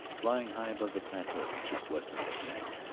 flying high above the plateau just west of the canal.